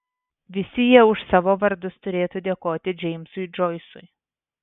visi jie už savo vardus turėtų dėkoti džeimsui džoisui